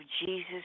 Jesus